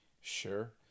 Sure